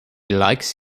likes